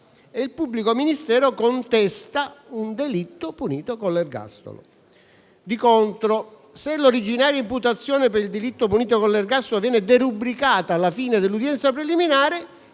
e il pubblico ministero contesta un delitto punito con l'ergastolo. Di contro, se l'originale imputazione per il delitto punito con l'ergastolo viene derubricato alla fine dell'udienza preliminare,